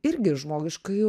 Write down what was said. irgi žmogiškąjį